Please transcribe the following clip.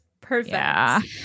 perfect